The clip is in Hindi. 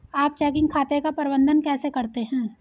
आप चेकिंग खाते का प्रबंधन कैसे करते हैं?